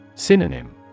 Synonym